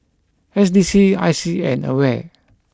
S D C I C and Aware